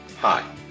Hi